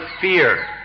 fear